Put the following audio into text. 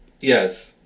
Yes